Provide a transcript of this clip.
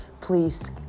please